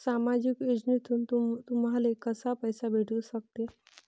सामाजिक योजनेतून तुम्हाले कसा पैसा भेटू सकते?